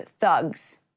thugs